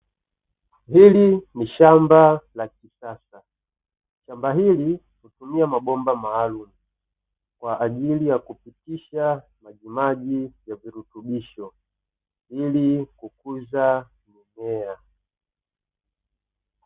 Hili ni shamba la kisasa, shamba hili hutumia mabomba maalumu kwa ajili ya kupitisha majimaji ya virutubisho ilikukuza mimea.